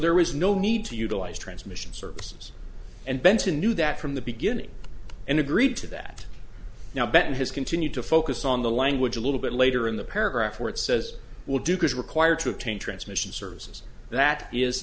there was no need to utilize transmission services and benton knew that from the beginning and agreed to that now ben has continued to focus on the language a little bit later in the paragraph where it says will do is required to obtain transmission services that is